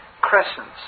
crescents